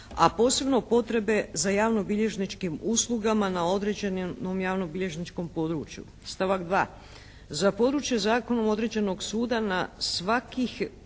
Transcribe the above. a posebno potrebe za javno-bilježničkim uslugama na određenom javno-bilježničkom području. Stavak 2. za područje zakonom određenog suda na svakih